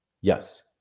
yes